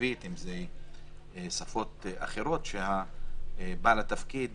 אם זה ערבית, אם שפות אחרות, שבעל התפקיד